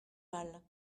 mal